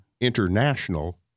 International